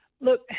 Look